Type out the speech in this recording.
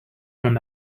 mon